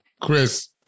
Chris